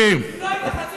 גברתי, דרך ארץ.